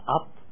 up